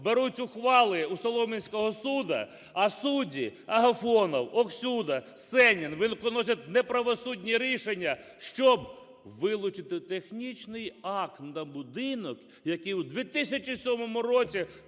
беруть ухвали у Солом'янського суду, а судді Агафонов, Оксюта, Сенін виносять неправосудні рішення, щоб вилучити технічний акт на будинок, який у 2007 році